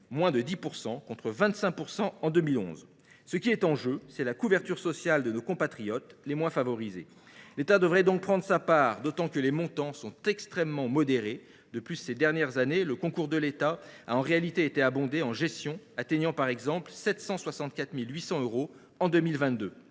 moins de 10 %, contre 25 % en 2011. Ce qui est en jeu, c’est la couverture sociale de nos compatriotes les moins favorisées. L’État devrait donc prendre sa part, d’autant que les montants sont extrêmement modérés. Ces dernières années, le concours de l’État a en réalité été abondé en gestion, atteignant par exemple 764 800 euros en 2022.